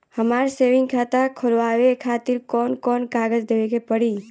हमार सेविंग खाता खोलवावे खातिर कौन कौन कागज देवे के पड़ी?